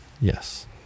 Yes